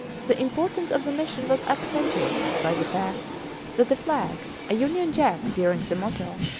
the importance of the mission was accentuated by the fact that the flag, a union jack bearing the motto,